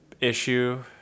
issue